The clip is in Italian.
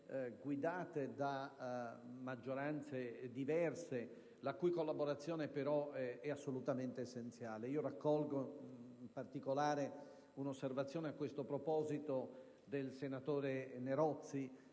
guidate anche da maggioranze diverse, la cui collaborazione è assolutamente essenziale. Raccolgo, in particolare, un'osservazione svolta a tale proposito dal senatore Nerozzi,